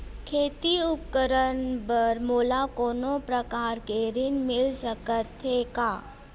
खेती उपकरण बर मोला कोनो प्रकार के ऋण मिल सकथे का?